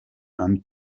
and